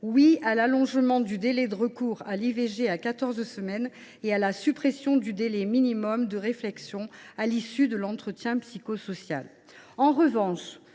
Oui à l’allongement du délai de recours à l’IVG à quatorze semaines et à la suppression du délai minimum de réflexion à l’issue de l’entretien psychosocial. En revanche,